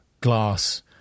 glass